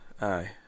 aye